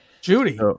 Judy